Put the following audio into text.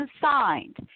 signed